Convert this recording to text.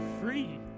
free